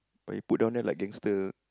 but he put down there like gangster